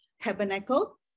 tabernacle